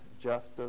justice